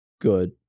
good